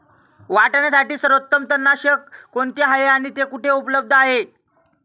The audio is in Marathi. वाटाण्यासाठी सर्वोत्तम तणनाशक कोणते आहे आणि ते कुठे उपलब्ध आहे?